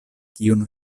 kiun